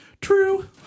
True